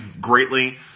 greatly